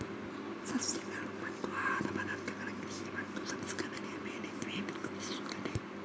ಸಸ್ಯಗಳು ಮತ್ತು ಆಹಾರ ಪದಾರ್ಥಗಳ ಕೃಷಿ ಮತ್ತು ಸಂಸ್ಕರಣೆಯ ಮೇಲೆ ಕೇಂದ್ರೀಕರಿಸುತ್ತದೆ